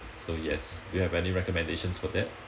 so yes do you have any recommendations for that